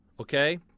okay